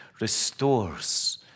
restores